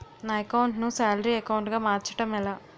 నా అకౌంట్ ను salary account గా మార్చటం ఎలా?